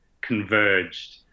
converged